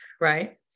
right